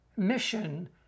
mission